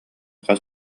хас